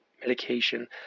medication